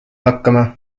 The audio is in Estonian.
hakkama